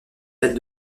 ailes